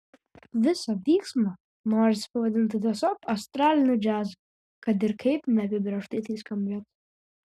visą vyksmą norisi pavadinti tiesiog astraliniu džiazu kad ir kaip neapibrėžtai tai skambėtų